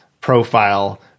profile